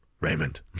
Raymond